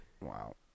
Wow